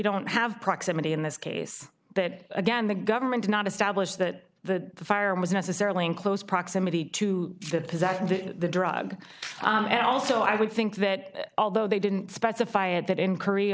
don't have proximity in this case that again the government not established that the fire was necessarily in close proximity to the drug and also i would think that although they didn't specify it that in korea